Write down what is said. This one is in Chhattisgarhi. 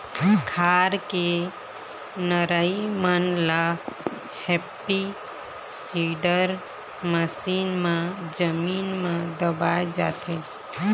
खार के नरई मन ल हैपी सीडर मसीन म जमीन म दबाए जाथे